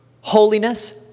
holiness